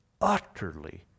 utterly